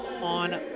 on